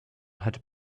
had